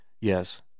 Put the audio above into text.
Yes